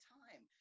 time